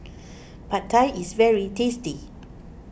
Pad Thai is very tasty